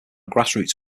grassroots